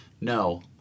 No